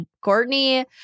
Courtney